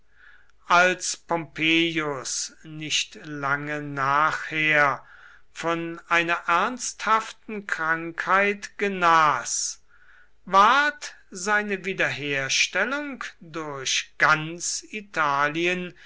als pompeius nicht lange nachher von einer ernsthaften krankheit genas ward seine wiederherstellung durch ganz italien